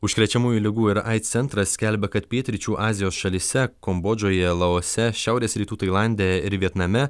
užkrečiamųjų ligų ir aids centras skelbia kad pietryčių azijos šalyse kambodžoje laose šiaurės rytų tailande ir vietname